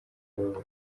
kubabara